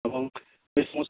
এবং যে সমস্ত